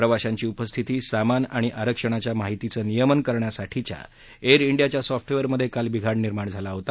प्रवाशांची उपस्थिती सामान आणि आरक्षणाच्या माहितीचं नियमन करण्यासाठीच्या एअर इंडियाच्या सॉफ्टवेअरमध्ये काल बिघाड निर्माण झाला होता